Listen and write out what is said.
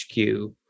HQ